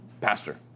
pastor